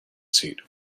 seat